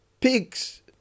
Pigs